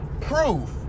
proof